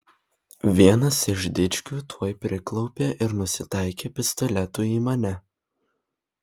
vienas iš dičkių tuoj priklaupė ir nusitaikė pistoletu į mane